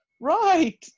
right